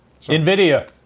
NVIDIA